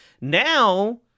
now